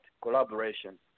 collaboration